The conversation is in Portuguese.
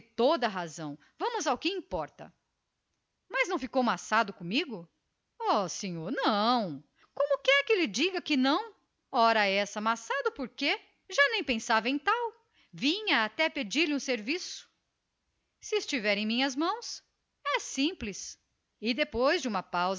toda a razão vamos ao que importa diga-me quando poderei estar desembaraçado mas não ficou maçado comigo não é verdade creia que ó senhor como quer que lhe diga que não maçado ora essa por quê já nem pensava em tal vinha até pedir-lhe um serviço se estiver em minhas mãos é simples e depois de uma